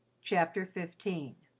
chapter fifteen